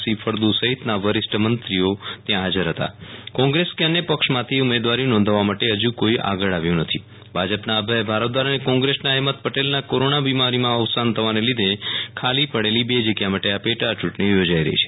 C Faldu સહિત ના વરિષ્ઠ મંત્રી ત્યાં હાજર હતા કોંગ્રેસ કે અન્ય પક્ષ માંથી ઉમેદવારી નોંધાવવા માટે હજુ સુ ધી કોઈ આગળ આવ્યું નથી ભાજપ ના અભય ભારદ્વાજ અને કોંગ્રેસ ના અહેમદ પટેલ ના કોરોના બીમારી માં અવસાન થવાને લીધે ખાલી પડેલી બે જગ્યા માટે આ પેટા યૂં ટણી યોજાઈ રહી છે